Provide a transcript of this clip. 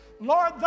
Lord